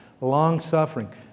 long-suffering